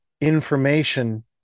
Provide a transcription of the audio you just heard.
information